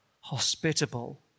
hospitable